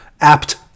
apt